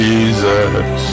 Jesus